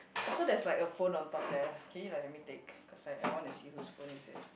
also there's like a phone on top there can you like help me take cause I I want to see whose phone is it